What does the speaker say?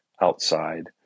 outside